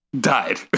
died